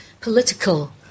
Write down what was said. political